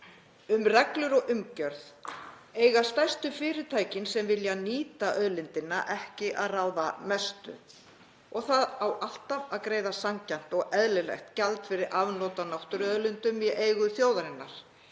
Um reglur og umgjörð eiga stærstu fyrirtækin sem vilja nýta auðlindina ekki að ráða mestu. Það á alltaf að greiða sanngjarnt og eðlilegt gjald fyrir afnot af náttúruauðlindum í eigu þjóðarinnar.